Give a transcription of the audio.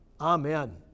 Amen